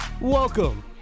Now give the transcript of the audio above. Welcome